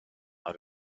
out